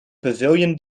pavilion